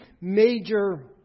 major